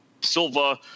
Silva